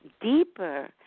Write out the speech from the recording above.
deeper